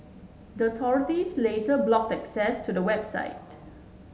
the authorities later blocked access to the website